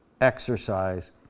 exercise